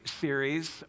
series